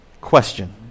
question